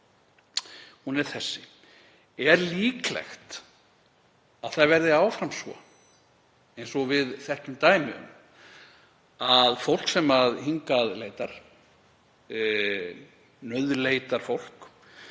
hún er þessi: Er líklegt að það verði áfram svo, eins og við þekkjum dæmi um, að fólk sem hingað leitar, nauðleitarfólk,